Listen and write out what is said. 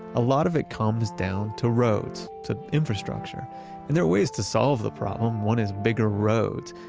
a lot of it comes down to roads, to infrastructure. and there are ways to solve the problem, one is bigger roads.